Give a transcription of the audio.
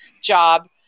job